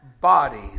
body